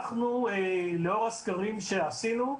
לאור הסקרים שעשינו,